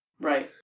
Right